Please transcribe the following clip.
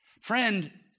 Friend